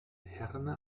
herne